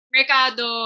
Mercado